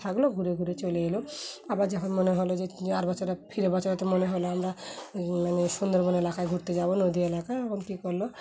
থাকলো ঘুরে ঘুরে চলে এলো আবার যখন মনে হলো যে আর বাচ্চারা ফিরে বাচা তো মনে হলো আমরা মানে সুন্দরবন এলাকায় ঘুরতে যাবো নদী এলাকা এবং কী করলো